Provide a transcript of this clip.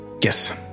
Yes